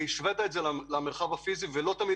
כבוד היושב-ראש השווה את זה למרחב הפיזי ולא תמיד